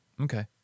Okay